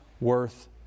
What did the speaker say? worth